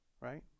Right